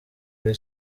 kuri